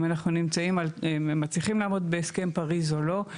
אם אנחנו מצליחים לעמוד בהסכם פריז או לא.